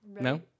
No